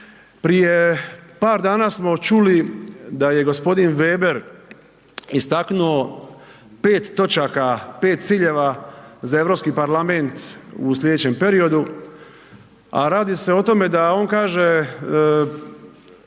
Prije par dana smo čuli da je g. Weber istaknuo 5 točaka, 5 ciljeva za EU parlament u sljedećem periodu, a radi se o tome da on kaže